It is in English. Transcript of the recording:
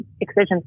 excision